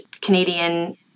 Canadian